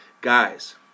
guys